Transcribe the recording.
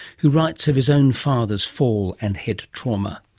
who writes of his own father's fall and head trauma.